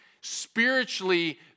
spiritually